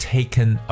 Taken